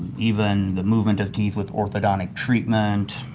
even the movement of teeth with orthodontic treatment,